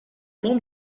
membre